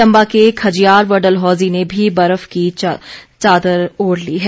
चंबा के खजियार व डलहौज़ी ने भी बर्फ की सफेद चादर ओड़ ली है